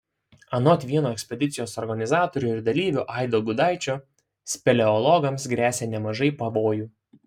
anot vieno ekspedicijos organizatorių ir dalyvių aido gudaičio speleologams gresia nemažai pavojų